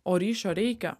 o ryšio reikia